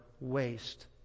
waste